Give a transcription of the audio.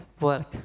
work